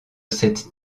cette